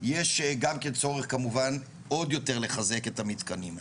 יש גם כן צורך כמובן עוד יותר לחזק את המתקנים האלה.